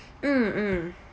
mm mm